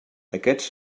aquests